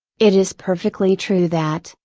it is perfectly true that,